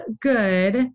good